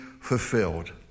fulfilled